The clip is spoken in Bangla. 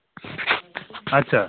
আচ্ছা